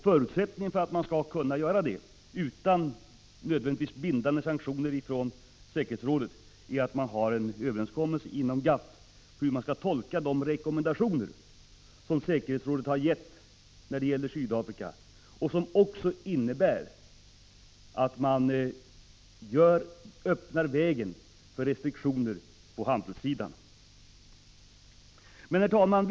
Förutsättningen för att detta skall kunna ske utan beslut om bindande sanktioner från säkerhetsrådet är att det finns en överenskommelse inom GATT om hur man skall tolka de rekommendationer som säkerhetsrådet har gett när det gäller handel med Sydafrika. Säkerhetsrådets rekommendationer öppnar en dörr på glänt för restriktioner på handelssidan. Herr talman!